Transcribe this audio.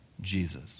Jesus